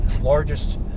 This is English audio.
largest